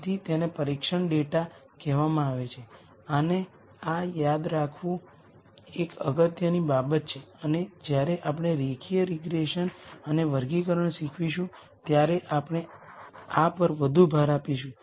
તેથી તેને પરીક્ષણ ડેટા કહેવામાં આવે છે અને આ યાદ રાખવું એક અગત્યની બાબત છે અને જ્યારે આપણે રેખીય રીગ્રેસન અને વર્ગીકરણ શીખવીશું ત્યારે આપણે આ પર વધુ ભાર આપીશું